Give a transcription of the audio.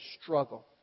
struggle